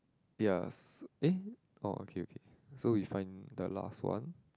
ya s~ eh orh okay okay so we find the last one